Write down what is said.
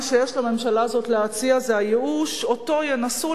מה שיש לממשלה הזאת להציע זה הייאוש שאותו ינסו